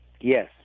Yes